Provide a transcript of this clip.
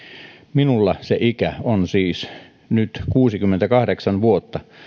minulla se ikä on siis nyt kuusikymmentäkahdeksan vuotta